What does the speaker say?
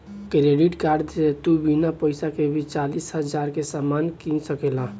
credit card से तू बिना पइसा के भी चालीस हज़ार के सामान किन सकेल